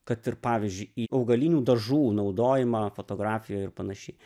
kad ir pavyzdžiui į augalinių dažų naudojimą fotografijoj ir panašiai